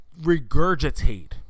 regurgitate